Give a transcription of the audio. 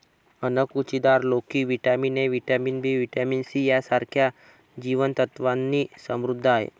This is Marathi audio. अणकुचीदार लोकी vitamin A, vitamin B, vitamin C यांसारख्या जीवन सत्त्वांनी समृद्ध आहे